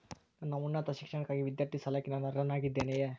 ನನ್ನ ಉನ್ನತ ಶಿಕ್ಷಣಕ್ಕಾಗಿ ವಿದ್ಯಾರ್ಥಿ ಸಾಲಕ್ಕೆ ನಾನು ಅರ್ಹನಾಗಿದ್ದೇನೆಯೇ?